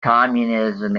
communism